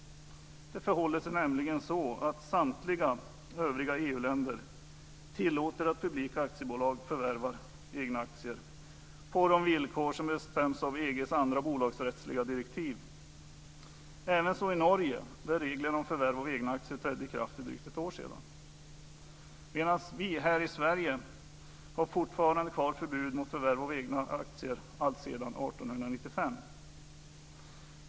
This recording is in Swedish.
Det förhåller sig nämligen så att samtliga övriga EU-länder tillåter att publika aktiebolag förvärvar egna aktier på de villkor som bestäms av EG:s andra bolagsrättsliga direktiv. Det är även så i Norge där reglerna om förvärv av egna aktier trädde i kraft för drygt ett år sedan. Men vi här i Sverige har fortfarande kvar förbudet mot förvärv av egna aktier alltsedan 1895.